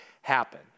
happen